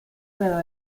quedó